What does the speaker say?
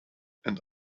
and